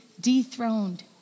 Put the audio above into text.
dethroned